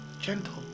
Gentle